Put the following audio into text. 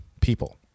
people